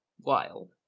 wild